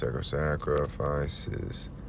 sacrifices